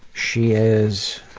she is